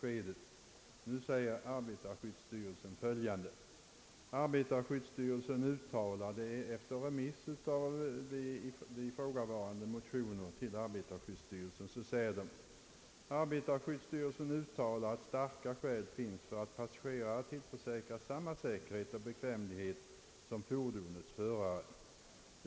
Nu säger arbetarskyddsstyrelsen efter remiss av ifrågavarande motioner till styrelsen att starka skäl finns »för att passagerarna tillförsäkras samma säkerhet och bekvämlighet som fordonets förare».